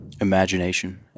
Imagination